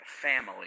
family